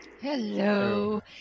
Hello